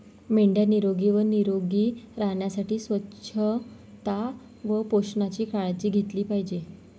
मेंढ्या निरोगी व निरोगी राहण्यासाठी स्वच्छता व पोषणाची काळजी घेतली पाहिजे